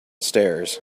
stairs